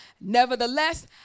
Nevertheless